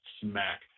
smack